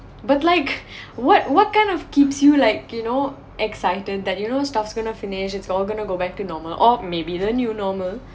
but like what what kind of keeps you like you know excited that you know stuff's going to finish which is all going to go back to normal or may be the new normal